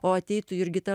o ateitų jurgita